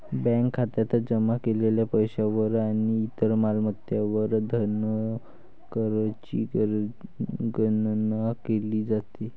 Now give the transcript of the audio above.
bank खात्यात जमा केलेल्या पैशावर आणि इतर मालमत्तांवर धनकरची गणना केली जाते